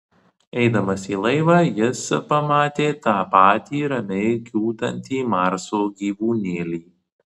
eidamas į laivą jis pamatė tą patį ramiai kiūtantį marso gyvūnėlį